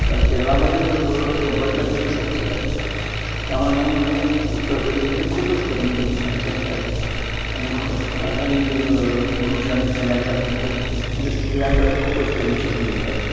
कारण केरळामध्ये तर जवळवळ शंभर टक्के साक्षर आहेत त्यामानानं उत्तर प्रदेशमध्ये खूपच कमी साक्षरता आहे आणि त्या त्यात आणि पुरुष आणि स्त्रियांच्यात खूप म्हणजे स्त्रिया तर खूपच कमी शिकलेल्या आहेत